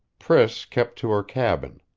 priss kept to her cabin.